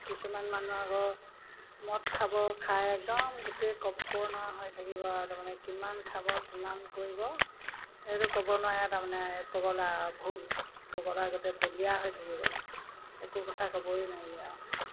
কিছুমান মানুহ আকৌ মদ খাব খাই একদম গোটেই ক'ব নোৱাৰা হৈ থাকিব আৰু তাৰমানে কিমান খাব কিমান কৰিব এইটো ক'ব নোৱাৰে তাৰমানে পগলা ভুল প্ৰগলা গোটেই বলিয়া হৈ থাকিব একো কথা ক'বই নোৱাৰি আৰু